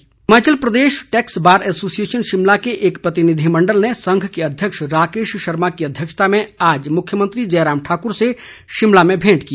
प्रतिनिधि मंडल Himachal Pradesh tax bar association Shimla के एक प्रतिनिधिमंडल ने संघ के अध्यक्ष राकेश शर्मा की अध्यक्षता में आज मुख्यमंत्री जयराम ठाकुर से शिमला में भेंट की